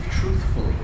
truthfully